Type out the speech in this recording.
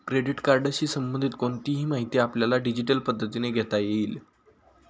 credit कार्डशी संबंधित कोणतीही माहिती आपल्याला डिजिटल पद्धतीने घेता येईल